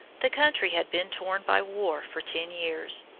the country had been torn by war for ten years.